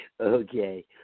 Okay